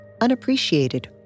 unappreciated